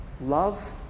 love